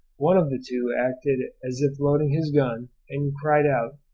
one of the two acted as if loading his gun, and cried out,